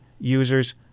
users